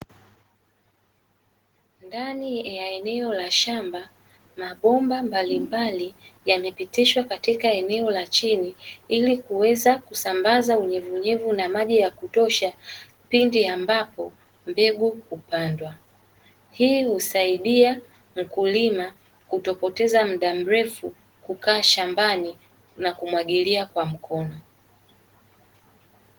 Ndani ya eneo la shamba mabomba mbalimbali yamepitishwa katika eneo la chini ili kuweza kusambaza unyevuunyevu na maji ya kutosha pindi ambapo mbegu hupandwa, hii husaidia mkulima kutopoteza muda mrefu kukaa shambani na kumwagilia kwa mkono.